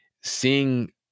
seeing